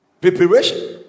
preparation